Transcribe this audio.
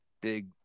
big